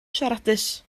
siaradus